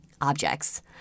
objects